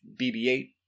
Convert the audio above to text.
BB-8